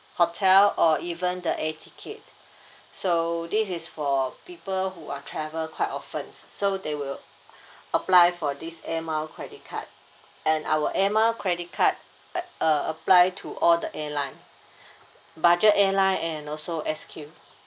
hotel or even the air ticket so this is for people who are travel quite often so they will apply for this air miles credit card and our air miles credit card like a~ apply to all the airline budget airline and also S_Q